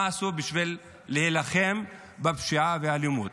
מה עשו בשביל להילחם בפשיעה ובאלימות?